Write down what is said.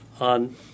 on